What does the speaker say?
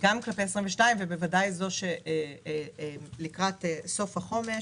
של 2022 והמגמה לקראת סוף החומש,